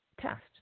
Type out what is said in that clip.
test